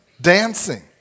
dancing